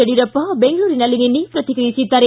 ಯಡಿಯೂರಪ್ಪ ಬೆಂಗಳೂರಿನಲ್ಲಿ ನಿನ್ನೆ ಪ್ರತಿಕ್ರಿಯಿಸಿದ್ದಾರೆ